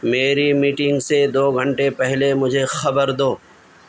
میری میٹنگ سے دو گھنٹے پہلے مجھے خبر دو